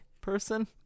person